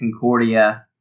Concordia